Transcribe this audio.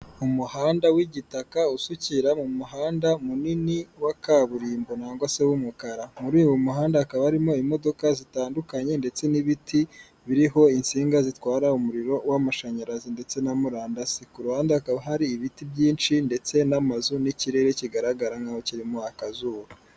Umuhanda w'igitaka usukira mu muhanda munini wa kaburimbo nangwa se w'umukara, muri uyu muhanda hakaba harimo imodoka zitandukanye ndetse n'ibiti biriho insinga zitwara umuriro w'amashanyarazi ndetse na murandasi, ku ruhande hakaba hari ibiti byinshi ndetse n'amazu, n'ikirere kigaragara nkaho kirimo akazuba.